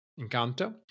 Encanto